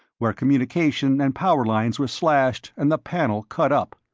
where communication and power lines were slashed and the panel cut up.